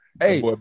Hey